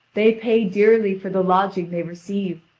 they pay dearly for the lodging they receive,